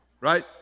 right